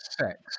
sex